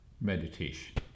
meditation